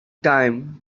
time